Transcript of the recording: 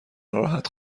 ناراحت